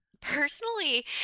Personally